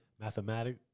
Mathematic